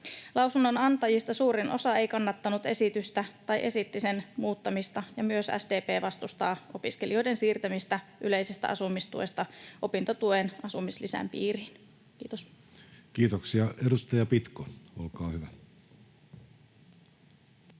Lausunnon antajista suurin osa ei kannattanut esitystä tai esitti sen muuttamista, ja myös SDP vastustaa opiskelijoiden siirtämistä yleisestä asumistuesta opintotuen asumislisän piiriin. — Kiitos. [Speech 125] Speaker: